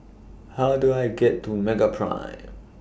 How Do I get to Meraprime